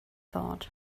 thought